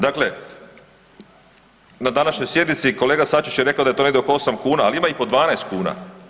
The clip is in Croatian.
Dakle, na današnjoj sjednici kolega Sačić je rekao da je to negdje oko 8 kuna, ali ima i po 12 kuna.